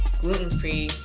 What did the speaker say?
gluten-free